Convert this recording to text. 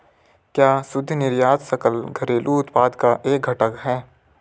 क्या शुद्ध निर्यात सकल घरेलू उत्पाद का एक घटक है?